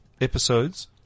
episodes